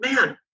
Man